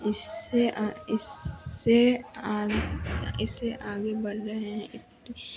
इससे इससे आग इससे आगे बढ़ रहे हैं इति